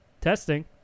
Testing